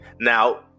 Now